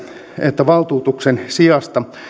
että valtuutuksen sijasta